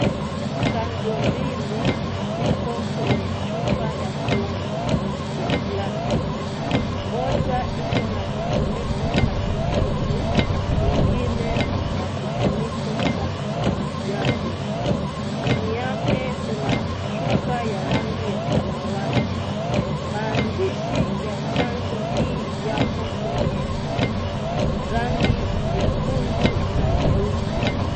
Chanjo mbili iko kwenye chupa ya kuonwa ya glasi. Moja iko na kifunio cha kijivu ingine na kifuniko cha kijani, chini yake kuna shuka ya rangi ya samawati. Maandishi ya chanjo hii yako kwenye rangi nyekundu na nyeusi.